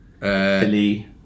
Philly